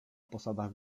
posadach